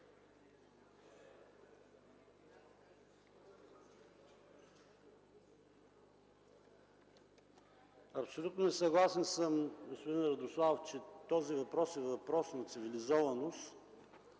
Абсолютно несъгласен съм, господин Радославов, че това е въпрос на цивилизованост,